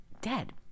dead